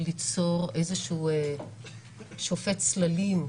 ליצור בעצם איזשהו שופט צללים,